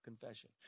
confession